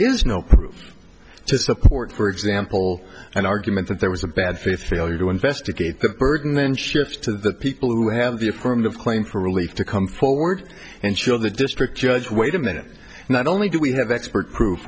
is no proof to support for example an argument that there was a bad faith failure to investigate the burden then shifts to the people who have the affirmative claim for relief to come forward and show the district judge wait a minute not only do we have expert proof